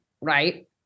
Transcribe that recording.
right